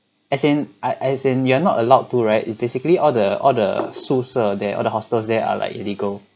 as in I as in you're not allowed to right it's basically all the all the 宿舍 there all the hostels there are like illegal